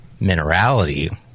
minerality